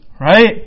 Right